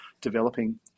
developing